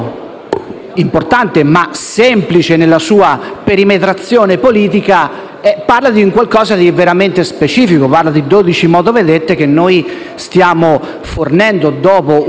importante, ma semplice e, nella sua perimetrazione politica, parla di qualcosa di veramente specifico, di dodici motovedette che noi stiamo fornendo, dopo una